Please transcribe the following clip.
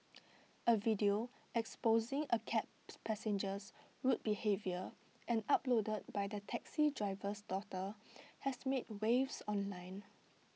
A video exposing A cabs passenger's rude behaviour and uploaded by the taxi driver's daughter has made waves online